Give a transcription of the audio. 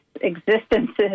existences